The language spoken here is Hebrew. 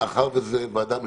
מאחר שזו ועדה משותפת,